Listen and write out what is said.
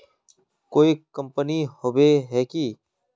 कोई कंपनी होबे है की?